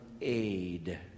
aid